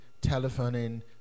telephoning